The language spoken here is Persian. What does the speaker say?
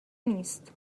نیست